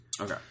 Okay